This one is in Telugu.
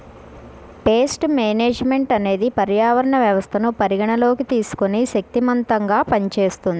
పేస్ట్ మేనేజ్మెంట్ అనేది పర్యావరణ వ్యవస్థను పరిగణలోకి తీసుకొని శక్తిమంతంగా పనిచేస్తుంది